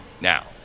now